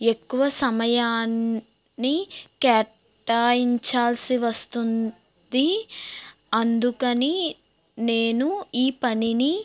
ఎక్కువ సమయాన్ని కేటాయించాల్సి వస్తుంది అందుకని నేను ఈ పనిని